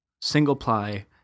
Single-ply